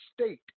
state